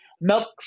Milk